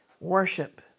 worship